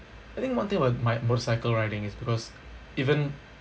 I think one thing about my motorcycle riding is because even